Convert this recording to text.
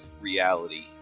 reality